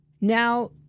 now